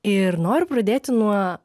ir noriu pradėti nuo